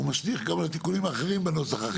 הוא משליך גם על תיקונים אחרים בנוסח החיוור.